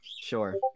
sure